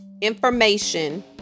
information